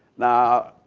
now,